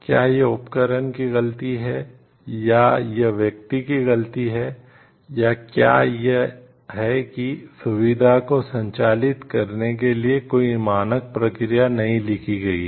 क्या यह उपकरण की गलती है या यह व्यक्ति की गलती है या क्या यह है कि सुविधा को संचालित करने के लिए कोई मानक प्रक्रिया नहीं लिखी गई है